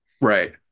right